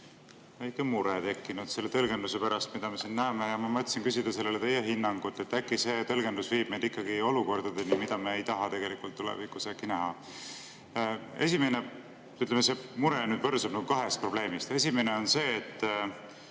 väike mure tekkinud selle tõlgenduse pärast, mida me siin näeme, ja ma mõtlesin küsida sellele teie hinnangut. Äkki see tõlgendus viib meid olukordadeni, mida me ei taha tegelikult tulevikus näha. See mure on võrsunud kahest probleemist. Esimene on see,